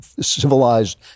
civilized